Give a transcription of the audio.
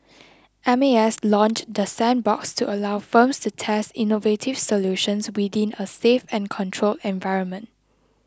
M A S launched the sandbox to allow firms to test innovative solutions within a safe and controlled environment